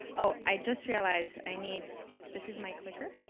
ah i just realized, i need this is my clicker?